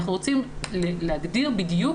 אנחנו רוצים להגדיר בדיוק,